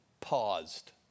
paused